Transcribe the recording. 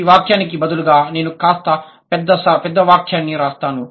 ఈ వాఖ్యానికి బదులుగా నేను కాస్త పెద్ద వాఖ్యాన్ని రాస్తాను